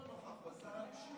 אנחנו נעבור להצבעה.